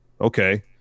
okay